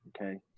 Okay